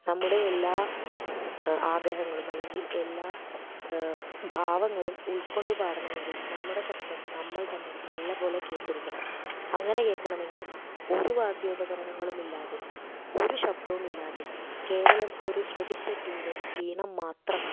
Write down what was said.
നമ്മുടെ എല്ലാ ആഗ്രഹങ്ങളും അല്ലെങ്കിൽ എല്ലാ ഭാവങ്ങളും ഉൾക്കൊണ്ടു പാടണമെങ്കിൽ നമ്മുടെ ശബ്ദം നമ്മൾ തന്നെ നല്ലപോലെ കേട്ടിരിക്കണം അങ്ങനെ കേൾക്കണമെങ്കിൽ ഒരു വാദ്യോപകരണങ്ങളും ഇല്ലാതെ ഒരു ശബ്ദവുമില്ലാതെ കേവലം ഒരു ശ്രുതി പെട്ടിയുടെ ഈണം മാത്രം